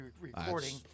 recording